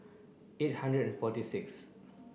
eight hundred forty six